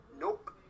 Nope